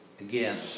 Again